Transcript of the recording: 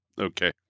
Okay